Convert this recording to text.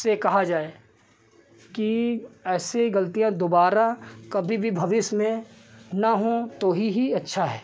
से कहा जाए कि ऐसी गलतियाँ दोबारा कभी भी भविष्य में न हों तो ही ही अच्छा है